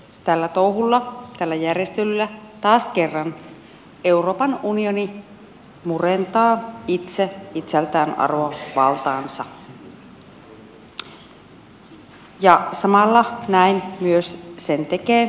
tällä touhulla tällä järjestelyllä taas kerran euroopan unioni murentaa itse itseltään arvovaltaansa ja samalla näin myös sen tekee kataisen hallitus